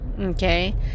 Okay